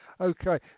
Okay